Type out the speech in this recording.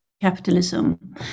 capitalism